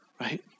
right